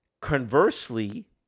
Conversely